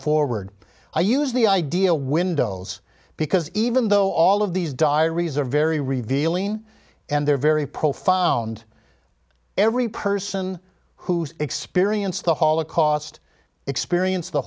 forward i use the idea windows because even though all of these diaries are very revealing and they're very profound every person who's experienced the holocaust experience the